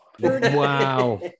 Wow